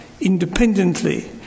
independently